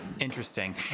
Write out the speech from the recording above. Interesting